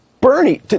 Bernie